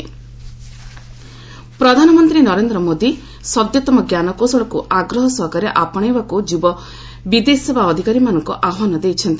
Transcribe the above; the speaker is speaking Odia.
ପିଏମ୍ ଆଇଏଫ୍ଏସ୍ ପ୍ରଧାନମନ୍ତ୍ରୀ ନରେନ୍ଦ୍ର ମୋଦି ସଦ୍ୟତମ ଜ୍ଞାନକୌଶଳକୁ ଆଗ୍ରହ ସହକାରେ ଆପଣେଇବାକୁ ଯୁବ ବୈଦେଶିକ ସେବା ଅଧିକାରୀମାନଙ୍କୁ ଆହ୍ପାନ ଦେଇଛନ୍ତି